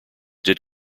did